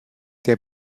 der